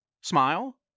smile